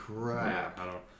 crap